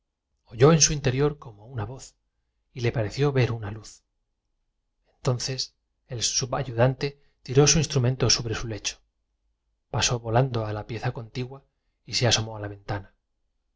en su interior como una voz y le pareció ver una luz en nico intentó levantarse y llamar al posadero y desijertar al comercian tonces el subayudante tiró su instrumento sobre su lecho pasó volan te o a guillermo pero en aquel instante y por su desdicha se acordó do a la pieza contigua y se asomó a la ventana